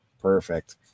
perfect